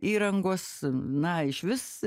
įrangos na išvis